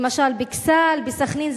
למשל באכסאל, בסח'נין.